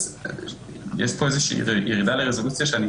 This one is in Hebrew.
אז יש פה איזושהי ירידה לרזולוציה שאני